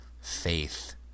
faith